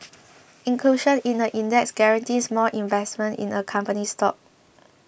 inclusion in the index guarantees more investment in a company's stock